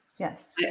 Yes